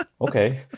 Okay